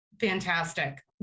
Fantastic